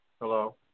hello